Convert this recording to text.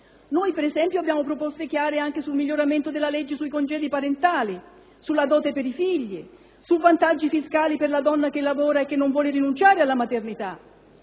Noi, per esempio, abbiamo proposte chiare anche sul miglioramento della legge sui congedi parentali, sulla dote per i figli, sui vantaggi fiscali per la donna che lavora e che non vuole rinunciare alla maternità.